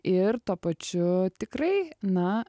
ir tuo pačiu tikrai na